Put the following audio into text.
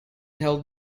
held